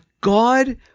God